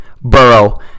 Burrow